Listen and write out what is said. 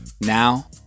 Now